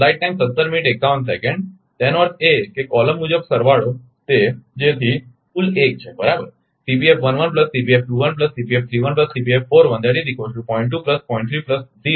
તેનો અર્થ એ કે કોલમ મુજબ સરવાળો તે જેથી કુલ 1